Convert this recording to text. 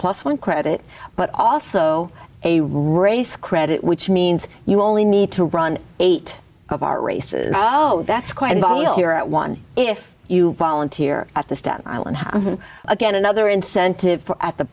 plus one credit but also a race credit which means you only need to run eight of our races oh that's quite involved here at one if you volunteer at the staten island again another incentive at the